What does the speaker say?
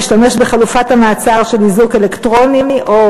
להשתמש בחלופת המעצר של איזוק אלקטרוני או